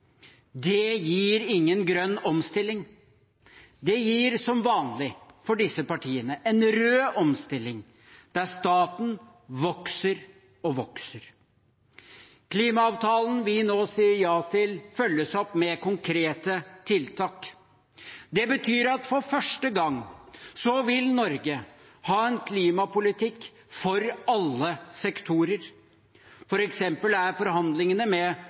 Det gir ingen grønn omstilling. Det gir, som vanlig for disse partiene, en rød omstilling, der staten vokser og vokser. Klimaavtalen vi nå sier ja til, følges opp med konkrete tiltak. Det betyr at for første gang vil Norge ha en klimapolitikk for alle sektorer. For eksempel er forhandlingene med